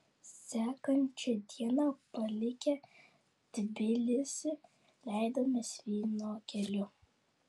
sekančią dieną palikę tbilisį leidomės vyno keliu